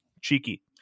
Cheeky